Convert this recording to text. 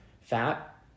fat